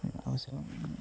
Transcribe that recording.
ଆଉ ସେ